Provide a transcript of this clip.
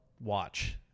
watch